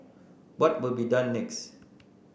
what will be done next